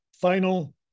final